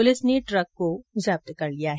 police ने truck को जब्त कर लिया है